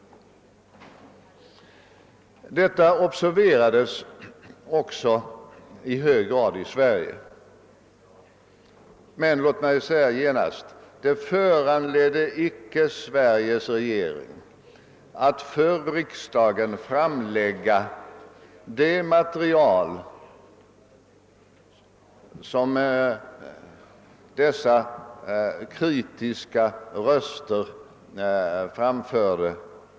Detta observerades också i hög grad av experterna i Sverige, men låt mig genast säga att dei inte föranledde regeringen att för riksdagen framlägga det material som dessa kritiska röster hänvisade till.